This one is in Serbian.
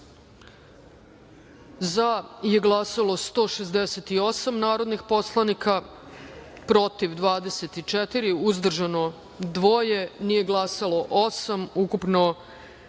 za je glasalo 168 narodnih poslanika, protiv – 24, uzdržano – dvoje, nije glasalo osam, ukupno